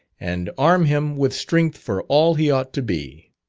and arm him with strength for all he ought to be.